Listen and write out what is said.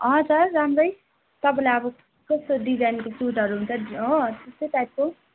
हजुर राम्रै तपाईँलाई अब कस्तो डिजाइनको सुटहरू हुन्छ हो त्यस्तै टाइपको